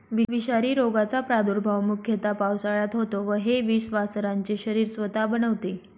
विषारी रोगाचा प्रादुर्भाव मुख्यतः पावसाळ्यात होतो व हे विष वासरांचे शरीर स्वतः बनवते